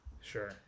Sure